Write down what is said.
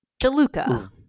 DeLuca